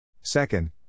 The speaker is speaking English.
Second